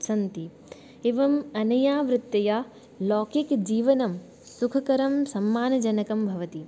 सन्ति एवम् अनया वृत्तया लौकिकजीवनं सुखकरं सम्मानजनकं भवति